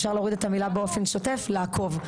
אפשר להוריד את המילה "באופן שוטף" לעקוב.